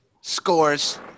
scores